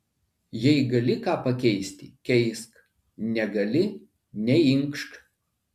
jei gali ką pakeisti keisk negali neinkšk